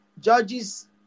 judges